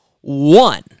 one